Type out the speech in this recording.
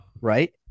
Right